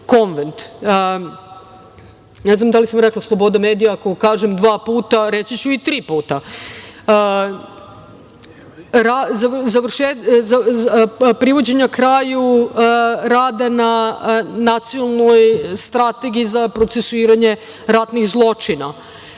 konvent, ne znam da li sam rekla sloboda medija, ako vam kažem dva puta reći ću i tri puta, privođenje kraju rada na Nacionalnoj strategiji za procesuiranje ratnih zločina. Dakle,